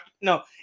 no